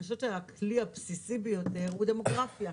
אני חושבת שהכלי הבסיסי ביותר הוא דמוגרפיה.